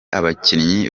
abakinnyi